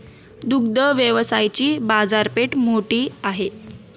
दुग्ध व्यवसायाची बाजारपेठ मोठी आहे